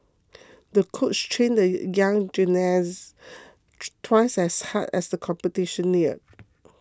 the coach trained the young gymnast twice as hard as the competition neared